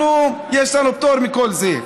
אנחנו, יש לנו פטור מכל זה.